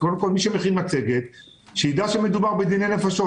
שמי שמכין את המצגת יידע שמדובר בדיני נפשות.